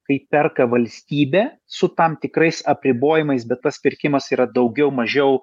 kai perka valstybė su tam tikrais apribojimais bet tas pirkimas yra daugiau mažiau